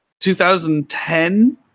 2010